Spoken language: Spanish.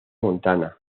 montana